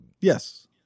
Yes